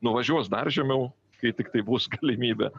nuvažiuos dar žemiau kai tik tai bus galimybė